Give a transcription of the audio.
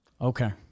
Okay